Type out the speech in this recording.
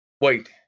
wait